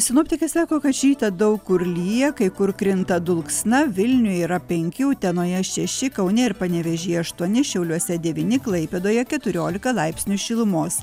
sinoptikai sako kad šį rytą daug kur lyja kai kur krinta dulksna vilniuj yra penki utenoje šeši kaune ir panevėžyje aštuoni šiauliuose devyni klaipėdoje keturiolika laipsnių šilumos